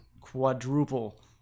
quadruple